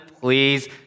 please